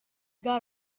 got